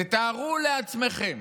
תתארו לעצמכם,